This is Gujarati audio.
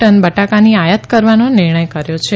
ટન બટાકાનો આયાત કરવાનો નિર્ણય કર્યો છે